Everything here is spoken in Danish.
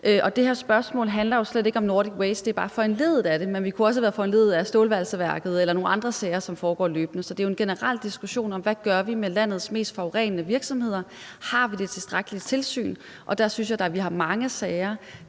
Det her spørgsmål handler jo slet ikke om Nordic Waste, det er bare foranlediget af det. Det kunne også have været foranlediget af stålvalseværket eller nogle andre sager, som foregår løbende. Så det er jo en generel diskussion om, hvad vi gør med landets mest forurenende virksomheder. Har vi det tilstrækkelige tilsyn? Der synes jeg da, vi har mange sager,